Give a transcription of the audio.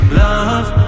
love